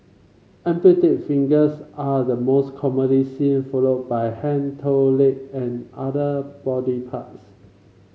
amputated fingers are the most commonly seen followed by hand toe leg and other body parts